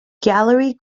gallery